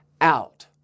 out